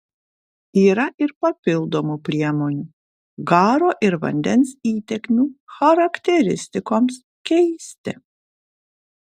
yra ir papildomų priemonių garo ir vandens įtekmių charakteristikoms keisti